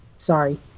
Sorry